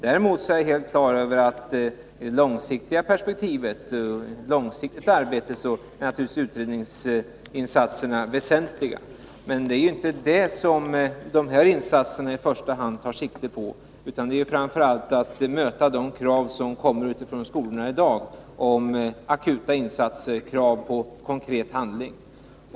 Däremot är jag helt på det klara med att i det långsiktiga perspektivet är utredningar naturligtvis väsentliga. Men det är inte detta som de här insatserna i första hand tar sikte på, utan det är framför allt att möta de krav som kommer utifrån skolorna i dag om akuta insatser och konkret handling.